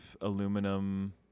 aluminum